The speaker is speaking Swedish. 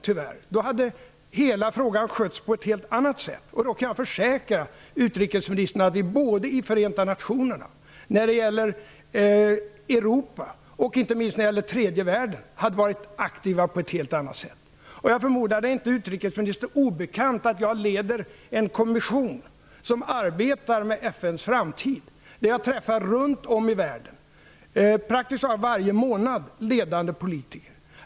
Om vi hade gjort det hade frågan skötts på ett helt annat sätt. Jag kan försäkra utrikesministern att vi då i Förenta nationerna, när det gäller Europa och inte minst tredje världen hade varit aktiva på ett helt annat sätt. Jag förmodar att det inte är utrikesministern obekant att jag leder en kommission som arbetar med FN:s framtid, där jag praktiskt taget varje månad träffar ledande politiker från hela världen.